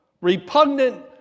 repugnant